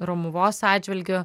romuvos atžvilgiu